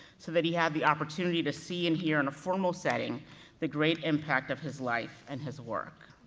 so that he had the opportunity to see and hear in a formal setting the great impact of his life and his work.